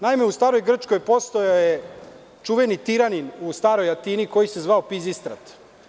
Naime, u Staroj Grčkoj postojao je čuveni tiranin u Staroj Atini koji se zvao Pizistrat.